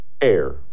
air